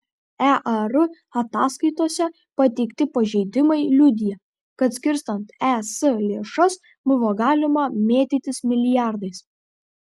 ear ataskaitose pateikti pažeidimai liudija kad skirstant es lėšas buvo galima mėtytis milijardais